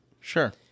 Sure